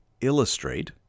illustrate